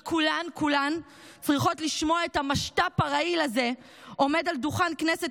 כולן כולן צריכות לשמוע את המשת"פ הרעיל הזה עומד על דוכן כנסת